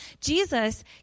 Jesus